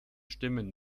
stimmen